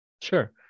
Sure